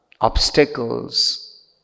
obstacles